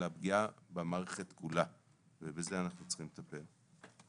אלא פגיעה במערכת כולה ובזה אנחנו צריכים לטפל.